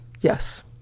yes